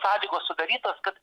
sąlygos sudarytos kad